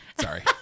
sorry